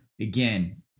Again